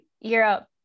europe